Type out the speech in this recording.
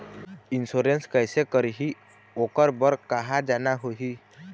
Insurance कैसे करही, ओकर बर कहा जाना होही?